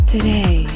Today